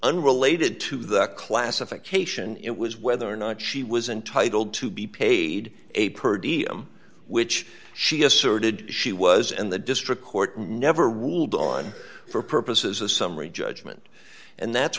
unrelated to the classification it was whether or not she was entitled to be paid a purdy i'm which she asserted she was and the district court never ruled on for purposes of summary judgment and that's